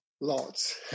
lots